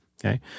Okay